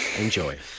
Enjoy